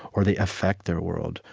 or they affect their world,